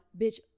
Bitch